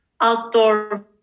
outdoor